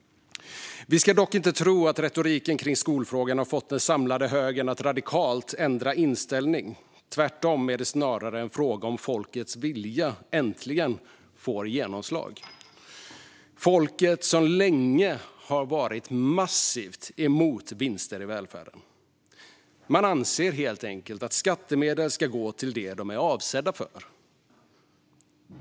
Vi ska dock inte tro att retoriken kring skolfrågan har fått den samlade högern att radikalt ändra inställning. Tvärtom är det snarare en fråga om att folkets vilja äntligen får genomslag, det vill säga folket som länge har varit massivt emot vinster i välfärden. Man anser helt enkelt att skattemedel ska gå till det de är avsedda för.